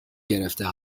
گرفته